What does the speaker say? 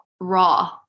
raw